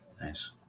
Nice